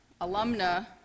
alumna